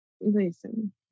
listen